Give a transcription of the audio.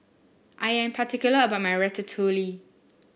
I am particular about my Ratatouille